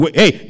hey